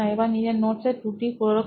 এবার নিজের নোটস এর ত্রুটি পরখ করছে